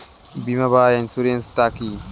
বিমা বা ইন্সুরেন্স টা কি?